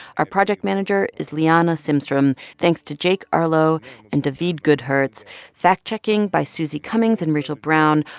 our project manager is liana simstrom. thanks to jake arlow and david gudhertz. fact checking by susie cummings and rachel brown.